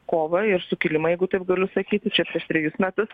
kovą ir sukilimą jeigu taip galiu sakyti čia prieš trejus metus